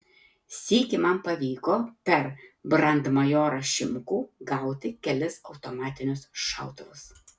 sykį man pavyko per brandmajorą šimkų gauti kelis automatinius šautuvus